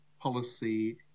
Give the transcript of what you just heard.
policy